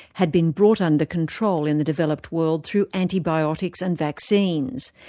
had been brought under control in the developed world, through antibiotics and vaccines.